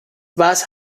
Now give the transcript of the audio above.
was